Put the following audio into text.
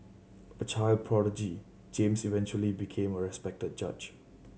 a child prodigy James eventually became a respected judge